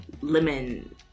lemon